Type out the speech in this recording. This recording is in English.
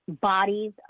bodies